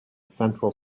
central